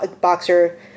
boxer